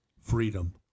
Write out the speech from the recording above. freedom